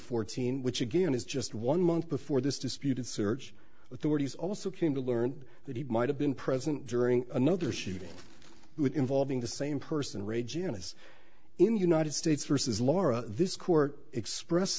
fourteen which again is just one month before this disputed search authorities also came to learn that he might have been present during another shooting involving the same person re janice in the united states versus laura this court express